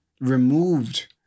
removed